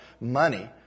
money